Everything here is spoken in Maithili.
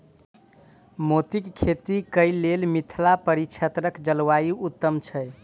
मोतीक खेती केँ लेल मिथिला परिक्षेत्रक जलवायु उत्तम छै?